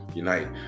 unite